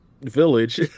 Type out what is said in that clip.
village